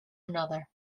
another